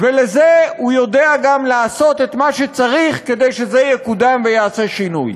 ולזה הוא יודע גם לעשות את מה שצריך כדי שזה יקודם ויעשה שינוי.